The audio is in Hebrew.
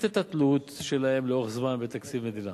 את התלות שלהם לאורך זמן בתקציבי מדינה.